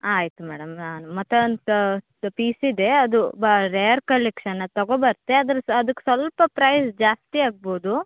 ಆಯಿತು ಮೇಡಮ್ ನಾನು ಮತ್ತೆ ಒಂದು ಪೀಸ್ ಇದೆ ಅದು ಬಾ ರೇರ್ ಕಲೆಕ್ಷನ್ ಅದು ತೊಗೊಂಬರ್ತೇ ಅದ್ರ ಅದ್ಕೆ ಸ್ವಲ್ಪ ಪ್ರೈಸ್ ಜಾಸ್ತಿ ಆಗ್ಬೌದು